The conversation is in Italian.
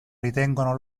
ritengono